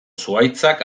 zuhaitzak